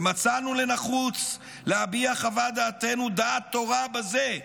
ומצאנו לנחוץ להביע חוות דעתנו דעת תורה בזה.